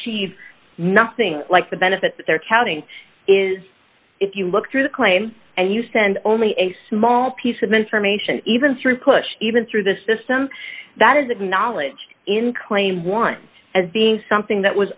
achieve nothing like the benefit they're telling is if you look through the claim and you send only a small piece of information even through push even through the system that is acknowledged in claim one as being something that